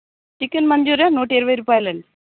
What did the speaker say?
chicken Manchuria నూట ఇరువై రూపాయలండి